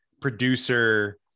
producer